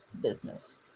business